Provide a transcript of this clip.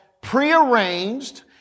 prearranged